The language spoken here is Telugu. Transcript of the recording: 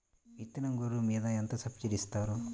విత్తనం గొర్రు మీద ఎంత సబ్సిడీ ఇస్తారు?